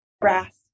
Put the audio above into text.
brass